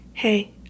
Hey